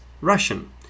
Russian